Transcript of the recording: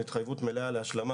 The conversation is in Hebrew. התחייבות מלאה להשלמה,